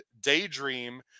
Daydream